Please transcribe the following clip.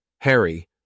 Harry